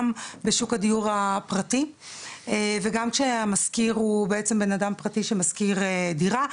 בשוק הדיור הפרטי וגם כשהמשכיר הוא בעצם בן אדם פרטי שבא להשכיר דירה.